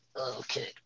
Okay